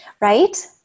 Right